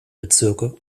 bezirke